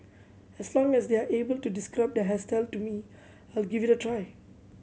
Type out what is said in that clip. as long as they are able to describe the hairstyle to me I will give it a try